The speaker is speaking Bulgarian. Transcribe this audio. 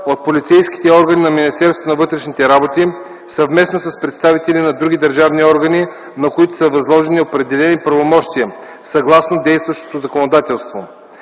от полицейските органи на Министерството на вътрешните работи съвместно с представители на други държавни органи, на които са възложени определени правомощия съгласно действащото законодателство.